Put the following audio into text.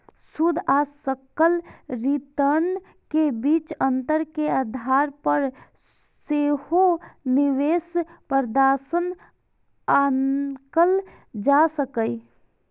शुद्ध आ सकल रिटर्न के बीच अंतर के आधार पर सेहो निवेश प्रदर्शन आंकल जा सकैए